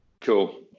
Cool